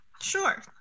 Sure